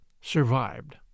survived